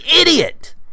idiot